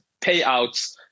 payouts